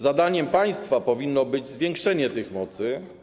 Zadaniem państwa powinno być zwiększenie tych mocy.